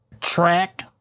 track